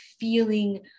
feeling